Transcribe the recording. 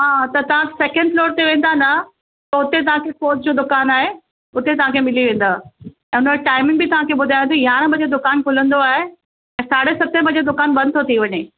हा त तव्हां सेकेंड फ्लोर ते वेंदा न त हुते तव्हांखे स्पोर्ट्स जो दुकानु आहे उते तव्हांखे मिली वेंदुव ऐं उन जो टाइमिंग बि तव्हांखे ॿुधायां थी यारहां बजे दुकानु खुलंदो आहे ऐं साढे सतें बजे दुकानु बंदि थो थी वञे